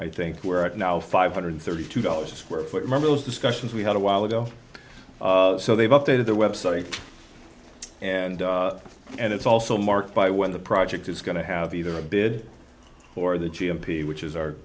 i think we're at now five hundred thirty two dollars a square foot remember those discussions we had a while ago so they've updated their website and and it's also marked by when the project is going to have either a bid or the g m p which is our